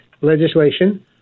legislation